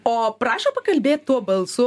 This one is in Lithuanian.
o prašo pakalbėt tuo balsu